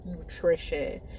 nutrition